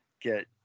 get